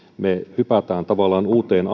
me hyppäämme tavallaan uuteen